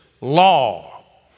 law